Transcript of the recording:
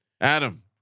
Adam